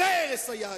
זה הרס היהדות.